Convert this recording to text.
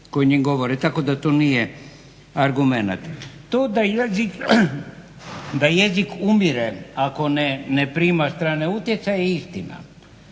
koji … govore tako da to nije argument. To da jezik umire ako ne prima strane utjecaje je istina